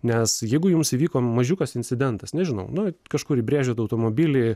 nes jeigu jums įvyko mažiukas incidentas nežinau nu kažkur įbrėžėt automobilį